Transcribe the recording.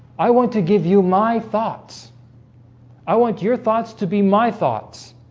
i want to give you my thoughts i want your thoughts to be my thoughts